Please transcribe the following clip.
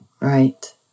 Right